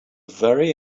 very